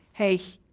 hey,